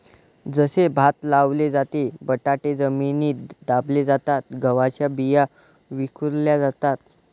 जसे भात लावले जाते, बटाटे जमिनीत दाबले जातात, गव्हाच्या बिया विखुरल्या जातात